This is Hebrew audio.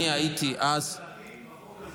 אני הייתי אז, לדעתי, בחוק הזה